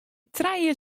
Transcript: trije